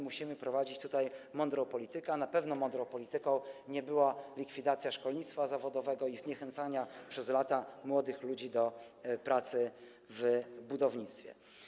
Musimy prowadzić tutaj mądrą politykę, a na pewno mądrą polityką nie była likwidacja szkolnictwa zawodowego i zniechęcanie przez lata młodych ludzi do pracy w budownictwie.